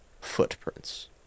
footprints